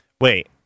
Wait